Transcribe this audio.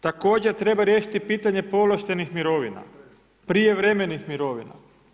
Također treba riješiti pitanje povlaštenih mirovina, prijevremenih mirovina.